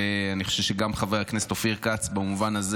אני חושב שגם חבר הכנסת אופיר כץ במובן הזה